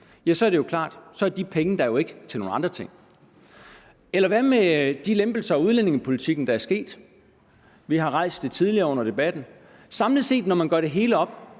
om året til udviklingsbistand, er de penge der jo ikke til nogle andre ting. Eller hvad med de lempelser i udlændingepolitikken, der er sket? Vi har rejst spørgsmålet tidligere under debatten. Samlet set, når man gør det hele op,